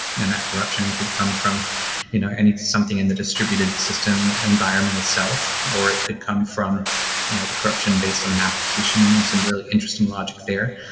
and that corruption could come from you know and something in the distributed system environment itself or it could come from you know the corruption based on an application and some really interesting logic there.